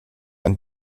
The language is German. ein